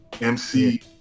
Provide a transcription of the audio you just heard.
MC